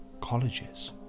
Colleges